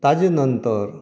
ताचे नंतर